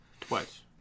Twice